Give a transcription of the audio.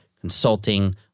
consulting